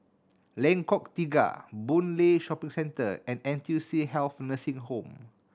Lengkong Tiga Boon Lay Shopping Centre and N T U C Health Nursing Home